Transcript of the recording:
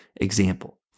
example